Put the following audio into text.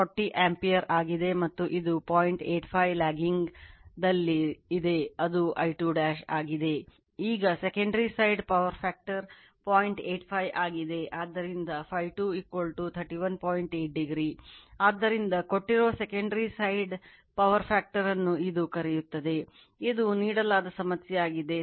85 power factor ಯಲ್ಲಿದೆ ಅದು I2 ಆಗಿದೆ